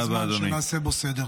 הגיע הזמן שנעשה בו סדר.